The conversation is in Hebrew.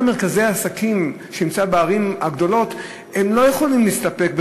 כל מרכזי העסקים בערים הגדולות לא יכולים להסתפק,